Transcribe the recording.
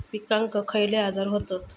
पिकांक खयले आजार व्हतत?